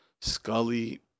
Scully